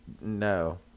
no